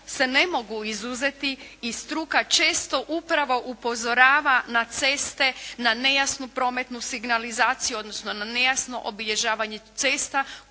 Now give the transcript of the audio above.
se ne mogu izuzeti i struka često upravo upozorava na ceste, na nejasnu prometnu signalizaciju odnosno na nejasno obilježavanje cesta